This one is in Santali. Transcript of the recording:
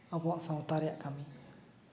ᱟᱵᱚᱣᱟᱜ ᱥᱟᱶᱛᱟ ᱨᱮᱭᱟᱜ ᱠᱟᱹᱢᱤ